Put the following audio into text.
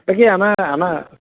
তাকে আনা আনা